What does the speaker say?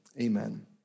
amen